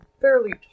fairly